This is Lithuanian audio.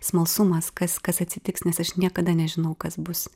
smalsumas kas kas atsitiks nes aš niekada nežinau kas bus